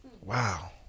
wow